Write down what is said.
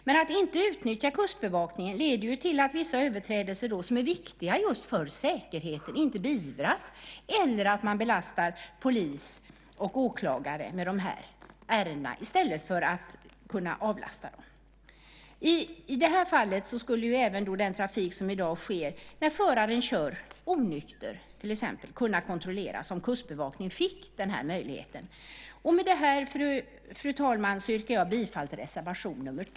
Men att inte utnyttja Kustbevakningen leder till att vissa överträdelser inte beivras, vilket hade varit viktigt just för säkerheten, eller till att man belastar polis och åklagare med de här ärendena i stället för att kunna avlasta dem. I det här fallet skulle till exempel även den trafik där föraren kör onykter kunna kontrolleras om Kustbevakningen fick den här möjligheten. Med det här, fru talman, yrkar jag bifall till reservation nr 2.